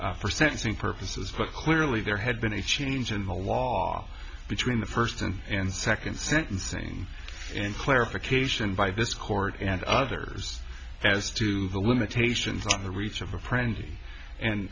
conduct for sentencing purposes but clearly there had been a change in the law between the first and second sentencing and clarification by this court and others as to the limitations of the reach of a frenzy and